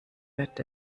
wird